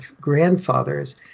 grandfathers